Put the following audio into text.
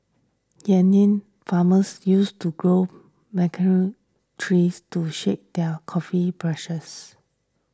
Kenyan farmers used to grow macadamia trees to shade their coffee bushes